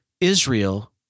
Israel